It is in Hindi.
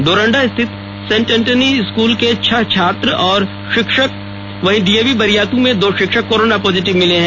डोरंडा स्थित सेंट एंथोनी स्कूल के छह छात्र और शिक्षक और डीएवी बरियातू में दो शिक्षक कोरोना पॉजिटिव मिले हैं